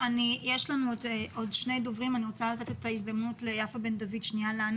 יש לנו עוד שני דוברים ואני רוצה לתת את ההזדמנות ליפה בן דוד לענות.